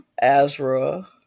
Azra